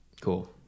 Cool